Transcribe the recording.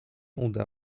uda